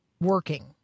working